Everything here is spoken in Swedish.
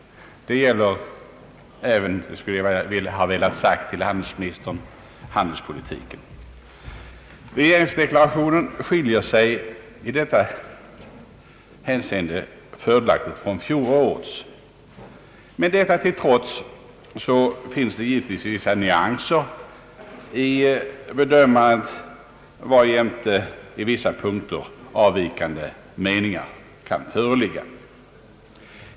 Detta mitt omdöme gäller även — vilket jag skulle vilja ha framfört till handelsministern — det handelspolitiska avsnittet. Regeringsdeklarationen skiljer sig i detta hänseende på ett fördelaktigt sätt från fjolårets. Men detta till trots finns givetvis vissa nyanser i bedömandet. Därjämte kommer på vissa punkter till uttryck en mening som skiljer sig från vår.